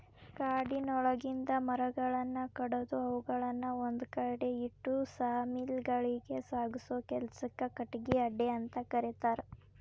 ಕಾಡಿನೊಳಗಿಂದ ಮರಗಳನ್ನ ಕಡದು ಅವುಗಳನ್ನ ಒಂದ್ಕಡೆ ಇಟ್ಟು ಸಾ ಮಿಲ್ ಗಳಿಗೆ ಸಾಗಸೋ ಕೆಲ್ಸಕ್ಕ ಕಟಗಿ ಅಡ್ಡೆಅಂತ ಕರೇತಾರ